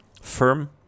firm